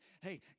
hey